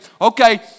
okay